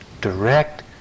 direct